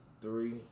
three